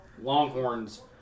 Longhorns